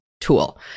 tool